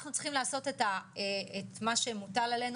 אנחנו צריכים לעשות את מה שמוטל עלינו